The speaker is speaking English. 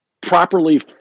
properly